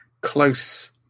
close